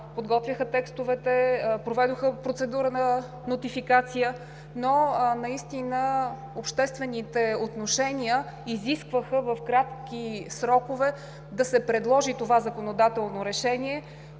подготвяха текстовете, проведоха процедура на нотификация, но обществените отношения изискваха в кратки срокове да се предложи това законодателно решение,